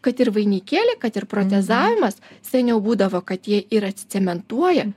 kad ir vainikėliai kad ir protezavimas seniau būdavo kad jie ir atsicementuoja